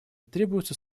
требуются